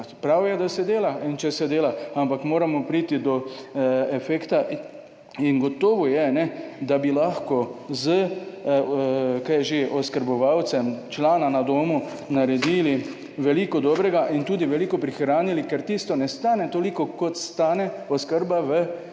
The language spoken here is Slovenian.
Prav je, da se dela in če se dela, ampak moramo priti do efekta in gotovo je, da bi lahko z, kaj je že, oskrbovalcem člana na domu, naredili veliko dobrega in tudi veliko prihranili, ker tisto ne stane toliko, kot stane oskrba v samem